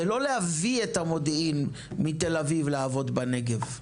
זה לא להביא את המודיעין מתל אביב לעבוד בנגב,